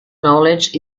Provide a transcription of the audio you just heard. knowledge